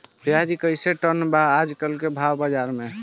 प्याज कइसे टन बा आज कल भाव बाज़ार मे?